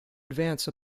advance